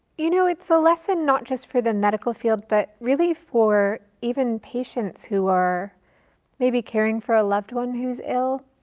you know, it's a lesson not just for the medical field, but really for even patients who are maybe caring for a loved one who's ill.